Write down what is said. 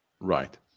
Right